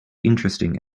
interesting